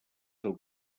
del